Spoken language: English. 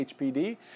HPD